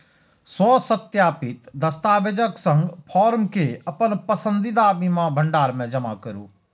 स्वसत्यापित दस्तावेजक संग फॉर्म कें अपन पसंदीदा बीमा भंडार मे जमा करू